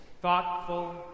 thoughtful